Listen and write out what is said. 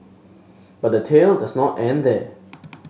but the tail does not end there